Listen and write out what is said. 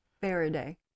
Faraday